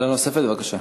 שאלה נוספת, בבקשה.